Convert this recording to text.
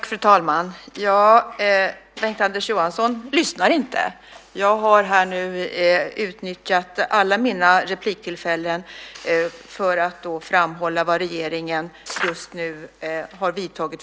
Fru talman! Bengt-Anders Johansson lyssnar inte. Jag har utnyttjat alla mina inlägg för att framhålla vilka åtgärder regeringen just nu har vidtagit.